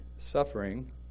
Suffering